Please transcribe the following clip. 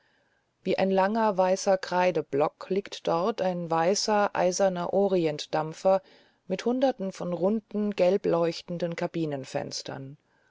wie ein langer weißer kreideblock liegt dort ein weißer eiserner orientdampfer mit hunderten von runden gelbleuchtenden kabinenfenstern